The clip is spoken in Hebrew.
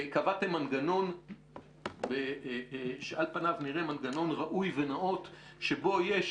קבעתם מנגנון שעל פינו נראה מנגנון ראוי ונאות שבו יש